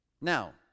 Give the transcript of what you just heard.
Now